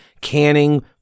canning